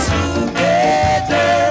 together